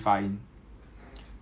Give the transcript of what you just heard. good days 的话就 twenty five